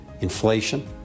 inflation